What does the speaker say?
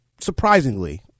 surprisingly